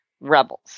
rebels